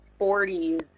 40s